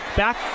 back